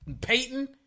Peyton